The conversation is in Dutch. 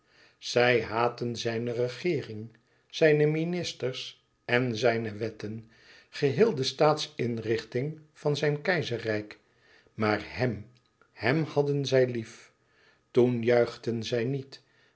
zij haatten zijne regeering zijne ministers en zijne wetten geheel de staatsinrichting van zijn keizerrijk maar hem hem hadden zij lief toch juichten zij niet